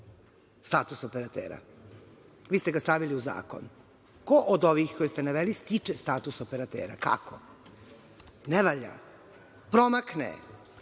status operatera? Vi ste ga stavili u zakon. Ko od ovih, koje ste naveli, stiče status operatera? Kako? Ne valja, promakne,